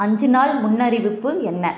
அஞ்சு நாள் முன்னறிவிப்பு என்ன